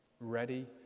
ready